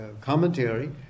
commentary